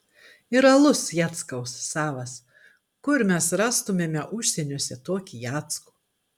ir alus jackaus savas kur mes rastumėme užsieniuose tokį jackų